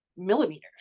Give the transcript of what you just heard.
millimeters